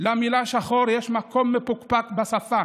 למילה "שחור" יש מקום מפוקפק בשפה,